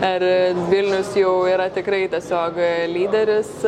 ar vilnius jau yra tikrai tiesiog lyderis